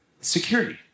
security